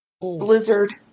Blizzard